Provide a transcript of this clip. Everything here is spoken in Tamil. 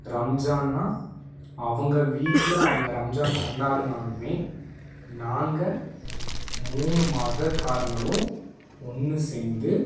ரம்ஜான்னா அவங்க வீட்டில் அவங்க ரம்ஜான் கொண்டாடினாலுமே நாங்கள் மூணு மதக்காரங்களும் ஒன்று சேர்ந்து